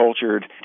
cultured